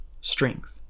strength